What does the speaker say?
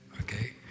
okay